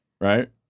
Right